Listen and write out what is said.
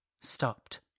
stopped